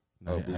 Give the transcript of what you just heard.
No